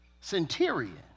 centurion